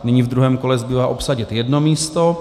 Nyní ve druhém kole zbývá obsadit jedno místo.